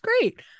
great